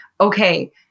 okay